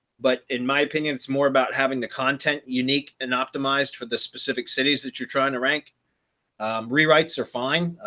but in my opinion, it's more about having the content unique and optimized for the specific cities that you're trying to rank rewrites are fine.